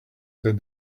said